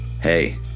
hey